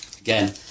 again